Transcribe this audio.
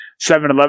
7-Eleven